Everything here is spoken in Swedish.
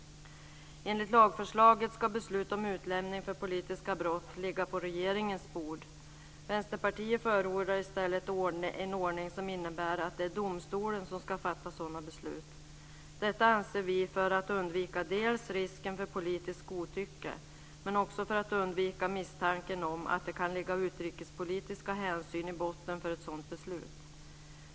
Enligt lagförslaget ska beslut om utlämning för politiska brott ligga på regeringens bord. Vänsterpartiet förordar i stället en ordning som innebär att det är domstolen som ska fatta sådana beslut. Detta anser vi dels för att undvika risken för politiskt godtycke, dels för att undvika misstanken om att det kan ligga utrikespolitiska hänsyn i botten för ett sådant beslut.